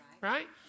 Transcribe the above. right